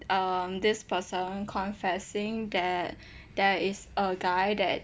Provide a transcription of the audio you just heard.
um this person confessing that there is a guy that